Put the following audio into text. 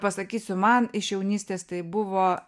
pasakysiu man iš jaunystės tai buvo